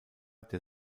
der